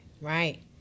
Right